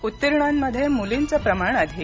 उत्तीर्णांमध्ये मुलींचं प्रमाण अधिक